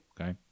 okay